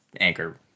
anchor